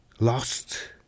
Lost